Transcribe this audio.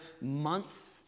month